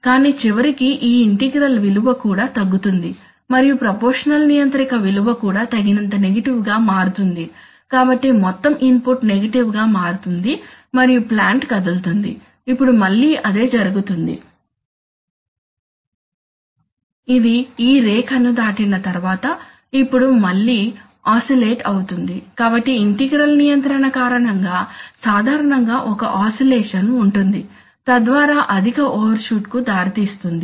కానీ చివరికి ఈ ఇంటిగ్రల్ విలువ కూడా తగ్గుతుంది మరియు ప్రపోర్షషనల్ నియంత్రిక విలువ కూడా తగినంత నెగటివ్ గా మారుతుంది కాబట్టి మొత్తం ఇన్పుట్ నెగటివ్ గా మారుతుంది మరియు ప్లాంట్ కదులుతుంది ఇప్పుడు మళ్ళీ అదే జరుగుతుంది ఇది ఈ రేఖను దాటిన తర్వాత ఇప్పుడు మళ్ళీ ఆసిలేట్ అవుతుంది కాబట్టి ఇంటిగ్రల్ నియంత్రణ కారణంగా సాధారణంగా ఒక ఆసిలేషన్ ఉంటుంది తద్వారా అధిక ఓవర్షూట్ కు దారి తీస్తుంది